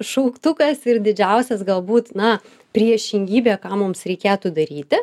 šauktukas ir didžiausias galbūt na priešingybė ką mums reikėtų daryti